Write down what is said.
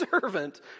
servant